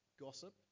gossip